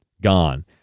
gone